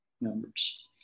members